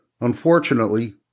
Unfortunately